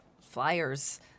flyers